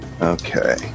Okay